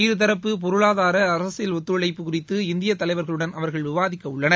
இருதரப்பு பொருளாதார அரசியல் ஒத்துழைப்பு குறித்து இந்திய தலைவர்களுடன் அவர்கள் விவாதிக்க உள்ளனர்